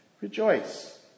rejoice